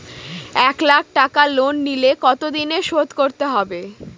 এক লাখ টাকা লোন নিলে কতদিনে শোধ করতে হবে?